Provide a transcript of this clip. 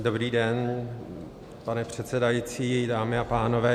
Dobrý den, pane předsedající, dámy a pánové.